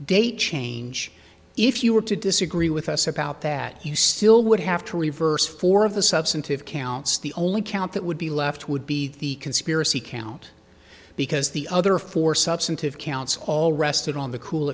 date change if you were to disagree with us about that you still would have to reverse four of the substantive counts the only count that would be left would be the conspiracy count because the other four substantive counts all rested on the cool